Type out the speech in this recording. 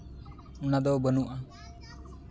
ᱚᱱᱟ ᱫᱚ ᱵᱟᱹᱱᱩᱜᱼᱟ